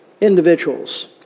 individuals